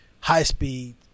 high-speed